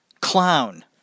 clown